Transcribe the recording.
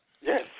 Yes